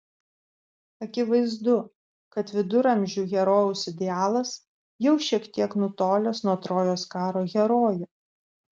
akivaizdu kad viduramžių herojaus idealas jau šiek tiek nutolęs nuo trojos karo herojų